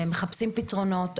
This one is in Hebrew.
מחפשים פתרונות,